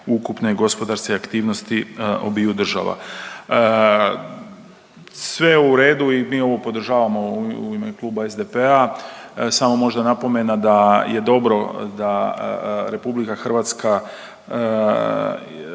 gospodarske aktivnosti obiju država. Sve je u redu i mi ovo podržavamo u ime Kluba SDP-a, samo možda napomena da je dobro da RH sklapa ovakve